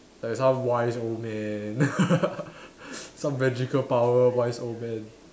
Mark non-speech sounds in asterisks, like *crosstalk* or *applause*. like some wise old man *laughs* some magical power wise old man